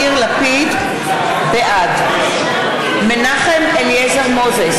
בעד מנחם אליעזר מוזס,